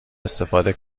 استفاده